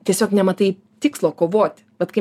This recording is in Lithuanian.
tiesiog nematai tikslo kovoti vat kai